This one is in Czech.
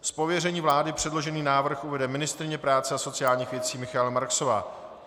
Z pověření vlády předložený návrh uvede ministryně práce a sociálních věcí Michaela Marksová.